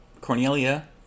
Cornelia